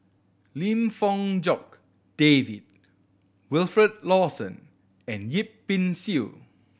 Lim Fong Jock David Wilfed Lawson and Yip Pin Xiu